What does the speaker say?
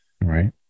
right